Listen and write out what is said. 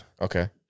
Okay